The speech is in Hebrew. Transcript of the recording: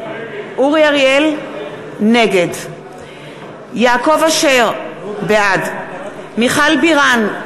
נגד יעקב אשר, בעד מיכל בירן,